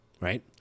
Right